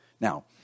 Now